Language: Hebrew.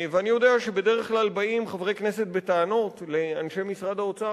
אני יודע שבדרך כלל באים חברי כנסת בטענות לאנשי משרד האוצר,